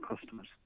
customers